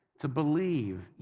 to believe,